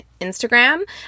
Instagram